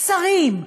השרים,